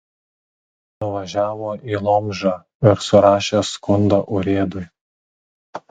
nuvažiavo į lomžą ir surašė skundą urėdui